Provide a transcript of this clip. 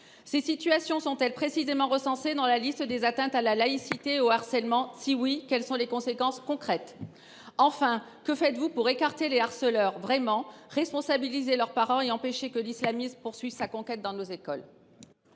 Ces situations sont elles précisément recensées dans votre bilan des signalements des atteintes à la laïcité et de harcèlement ? Si oui, quelles en sont les conséquences concrètes ? Enfin, que faites vous pour écarter vraiment les harceleurs, responsabiliser leurs parents et empêcher que l’islamisme poursuive la conquête de nos écoles ?